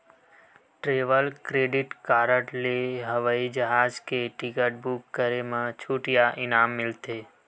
travel credit card ले हवई जहाज के टिकट बूक करे म छूट या इनाम मिलथे